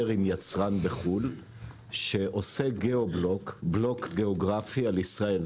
עם יצרן בחו"ל שעושה גיאו-בלוקינג גיאוגרפי על ישראל.